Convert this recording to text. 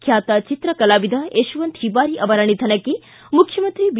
ಖ್ಞಾತ ಚೆತ್ರ ಕಲಾವಿದ ಯಶವಂತ ಹಿಬಾರಿ ಅವರ ನಿಧನಕ್ಕೆ ಮುಖ್ಯಮಂತ್ರಿ ಬಿ